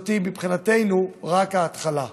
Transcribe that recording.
מבחינתנו זאת רק ההתחלה.